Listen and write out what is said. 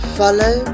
follow